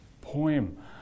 poem